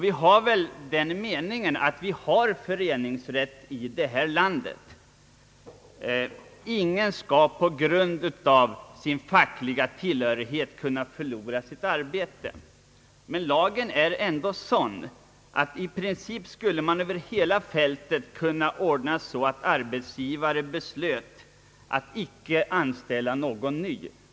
I dag anser väl alla att föreningsrätt skall gälla i vårt land. Ingen skall på grund av sin fackliga tillhörighet kunna förlora sitt arbete. Men lagen är ändå sådan att i princip skulle arbetsgivare över hela fältet kunna besluta att icke anställa ny personal med viss facklig tillhörighet.